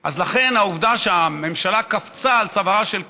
לכן, העובדה שהממשלה קפצה על צווארה של קק"ל,